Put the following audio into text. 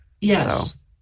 yes